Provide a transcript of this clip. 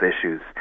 issues